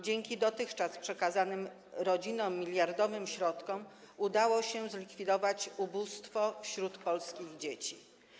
Dzięki dotychczas przekazanym rodzinom miliardowym środkom udało się zlikwidować ubóstwo wśród polskich dzieci.